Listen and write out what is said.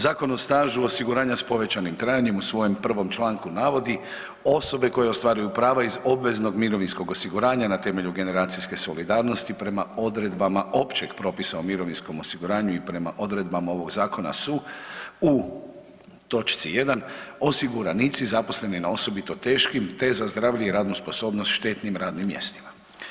Zakon o stažu osiguranja s povećanim trajanjem u svojem prvom članku navodi osobe koje ostvaruju prava iz obveznog mirovinskog osiguranja na temelju generacijske solidarnosti prema odredbama Općeg propisa o mirovinskog osiguranju i prema odredbama ovog zakona su u točci jedan osiguranici zaposleni na osobito teškim, te za zdravlje i radnu sposobnost štetnim radnim mjestima.